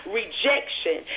rejection